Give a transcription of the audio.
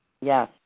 Yes